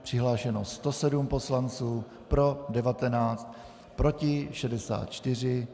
Přihlášeno 107 poslanců, pro 19, proti 64.